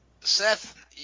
Seth